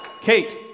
Kate